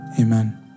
amen